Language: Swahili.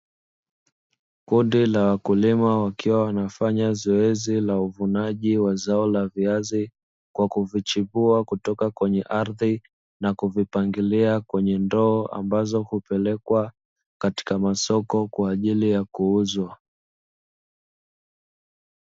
Kundi la wakulima wakiwa wanafanya zoezi la uvunaji wa zao la viazi, kwa kuvichipua kutoka kwenye ardhi na kuvipangilia kwenye ndoo ambazo hupelekwa katika masoko kwa ajili ya kuuzwa.